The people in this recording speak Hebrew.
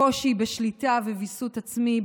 קושי בשליטה וויסות עצמי,